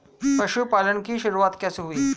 पशुपालन की शुरुआत कैसे हुई?